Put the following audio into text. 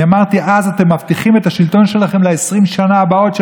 אני אמרתי אז: אתם מבטיחים את השלטון שלכם ל-20 שנה הבאות,